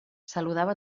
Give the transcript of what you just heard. saludava